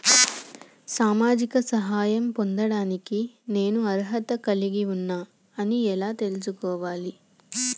సామాజిక సహాయం పొందడానికి నేను అర్హత కలిగి ఉన్న అని ఎలా తెలుసుకోవాలి?